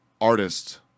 artists